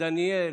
דניאל.